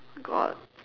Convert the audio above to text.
got